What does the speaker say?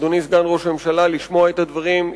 אדוני סגן ראש הממשלה, לשמוע את הדברים.